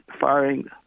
firing